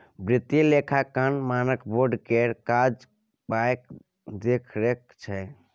वित्तीय लेखांकन मानक बोर्ड केर काज पायक देखरेख छै